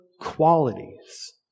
qualities